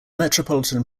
metropolitan